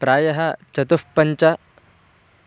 प्रायः चतुःपञ्च